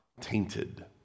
tainted